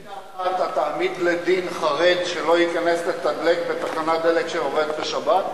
לפי דעתך אתה תעמיד לדין חרדי שלא ייכנס לתדלק בתחנת דלק שעובדת בשבת?